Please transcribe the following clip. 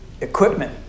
equipment